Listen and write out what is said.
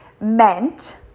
meant